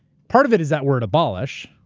part of it is that word abolish.